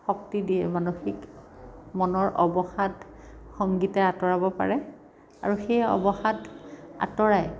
শক্তি দিয়ে মানসিক মনৰ অৱসাদ সংগীতে আঁতৰাব পাৰে আৰু সেই অৱসাদ আঁতৰাই